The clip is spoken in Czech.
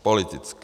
Politické.